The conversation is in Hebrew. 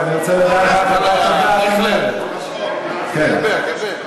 על זה בחדשות 2. כן, ואני רוצה, דבר, דבר.